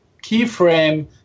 keyframe